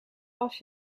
als